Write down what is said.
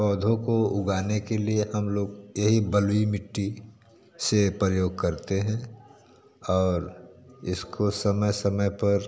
पौधों को उगाने के लिए हम लोग यही बलुई मिट्टी से प्रयोग करते हैं और इसको समय समय पर